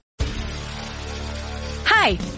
hi